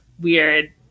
weird